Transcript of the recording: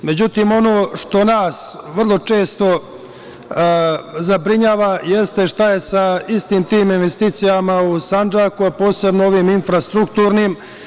Međutim, ono što nas vrlo često zabrinjava jeste šta je sa istim tim investicijama u Sandžaku, a posebno ovim infrastrukturnim.